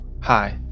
Hi